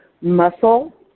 muscle